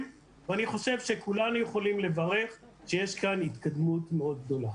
ואני חושב שכולם יכולים לברך על כך שיש כאן התקדמות מאוד גדולה.